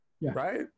right